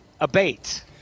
abate